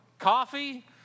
Coffee